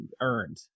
earned